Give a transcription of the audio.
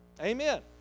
Amen